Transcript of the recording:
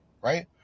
right